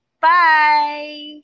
Bye